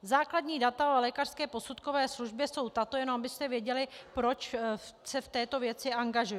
Základní data o lékařské posudkové službě jsou tato, jenom abyste věděli, proč se v této věci angažuji.